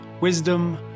wisdom